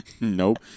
nope